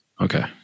Okay